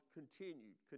continued